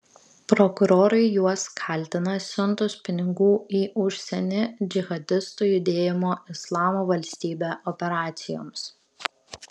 prokurorai juos kaltina siuntus pinigų į užsienį džihadistų judėjimo islamo valstybė operacijoms